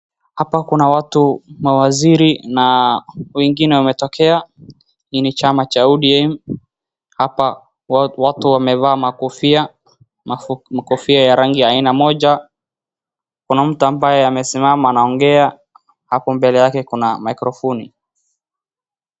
Hapa kuna watu mawaziri na wengine wametokea. Hii ni chama cha ODM. Hapa watu wamevaa makofia, makofia ya rangi ya aina moja. Kuna mtu ambaye amesimama anaongea hapo mbele yake kuna mikrofoni.